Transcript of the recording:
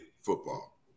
football